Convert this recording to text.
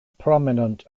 prominent